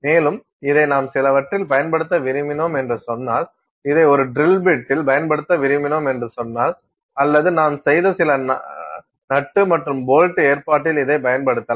மேலும் இதை நாம் சிலவற்றில் பயன்படுத்த விரும்பினோம் என்று சொன்னால் இதை ஒரு டிரில் பிட்டில் பயன்படுத்த விரும்பினோம் என்று சொன்னால் அல்லது நாம் செய்த சில நட்டு மற்றும் போல்ட் ஏற்பாட்டில் இதைப் பயன்படுத்தலாம்